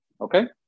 Okay